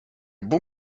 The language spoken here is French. bon